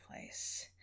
place